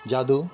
जादू